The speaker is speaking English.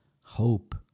Hope